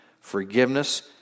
forgiveness